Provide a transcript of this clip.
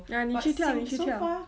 ya 你去跳你去跳